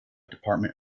department